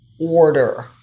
order